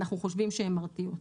אנחנו חושבים שהן מרתיעות.